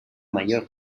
mayor